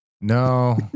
No